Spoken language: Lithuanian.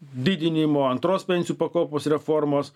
didinimo antros pensijų pakopos reformos